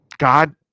God